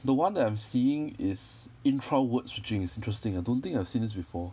the one that I'm seeing is intra word switching it's interesting I don't think I've seen this before